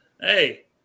Hey